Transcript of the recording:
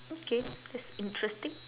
okay that's interesting